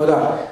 תודה.